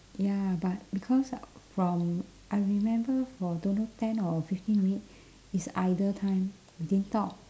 ya but because from I remember for don't know ten or fifteen minute is idle time we didn't talk